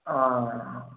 ആ